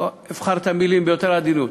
אבחר את המילים ביתר עדינות,